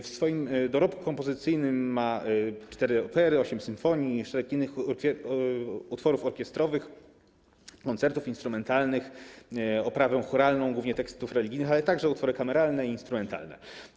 W swoim dorobku kompozycyjnym ma cztery opery, osiem symfonii i szereg innych utworów orkiestrowych, koncertów instrumentalnych, oprawę chóralną głównie tekstów religijnych, ale także utwory kameralne i instrumentalne.